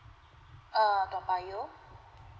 err toa payoh